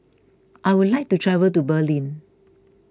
I would like to travel to Berlin